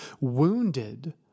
wounded